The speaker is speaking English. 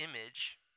image